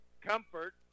Comfort